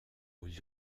aux